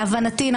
להבנתי,